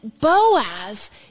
Boaz